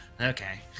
Okay